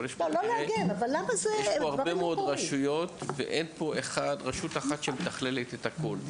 אבל יש פה הרבה מאוד רשויות ואין פה רשות אחת שמתכללת את הכול,